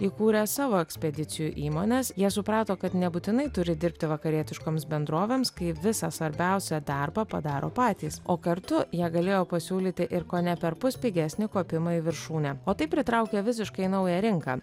įkūrę savo ekspedicijų įmones jie suprato kad nebūtinai turi dirbti vakarietiškoms bendrovėms kai visą svarbiausią darbą padaro patys o kartu jie galėjo pasiūlyti ir kone perpus pigesnį kopimą į viršūnę o tai pritraukia visiškai naują rinką